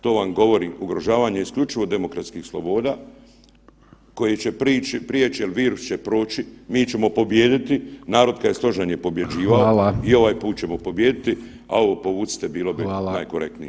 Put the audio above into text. To vam govorim, ugrožavanje isključivo demokratskih sloboda koje će prijeći jer virus će proći, mi ćemo pobijediti, narod kad je složan je pobjeđivao [[Upadica: Hvala.]] i ovaj put ćemo pobijediti, a ovo povucite, bilo [[Upadica: Hvala kolega Bulj.]] bi najkorektnije.